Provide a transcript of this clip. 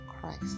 christ